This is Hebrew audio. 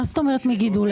מה זאת אומרת מגידול?